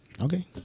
Okay